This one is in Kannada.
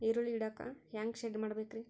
ಈರುಳ್ಳಿ ಇಡಾಕ ಹ್ಯಾಂಗ ಶೆಡ್ ಮಾಡಬೇಕ್ರೇ?